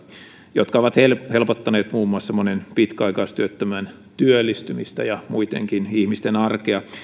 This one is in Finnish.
jotka ovat helpottaneet muun muassa monen pitkäaikaistyöttömän työllistymistä ja muittenkin ihmisten arkea